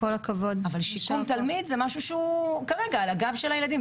אבל שיקום תלמיד זה משהו שהוא כרגע על הגב של התלמיד.